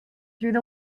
through